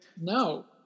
No